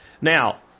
now